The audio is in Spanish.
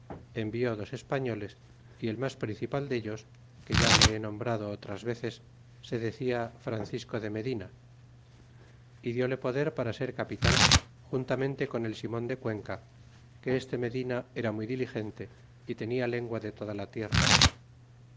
dichas envió dos españoles y el mas principal dellos que ya le he nombrado otras veces se decia francisco de medina y dióle poder para ser ca pitan juntamente con el simon de cuenca que este medina era muy diligente y tenia lengua de toda la tierra